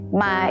ma